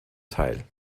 teil